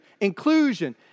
inclusion